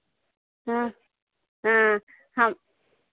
हाँ हाँ हम